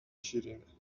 شیرینه